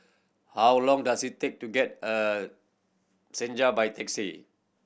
how long does it take to get Senja by taxi